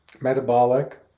metabolic